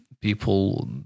People